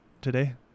today